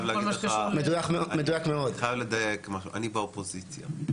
אני חייב לדייק, אני באופוזיציה.